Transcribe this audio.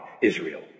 Israel